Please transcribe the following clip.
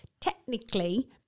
technically